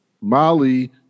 Molly